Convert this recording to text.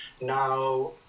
now